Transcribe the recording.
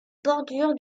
bordure